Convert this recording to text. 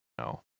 No